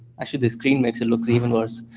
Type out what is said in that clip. actually the screen makes it look even worse.